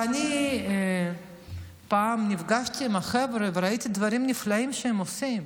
אני פעם נפגשתי עם החבר'ה וראיתי דברים נפלאים שהם עושים.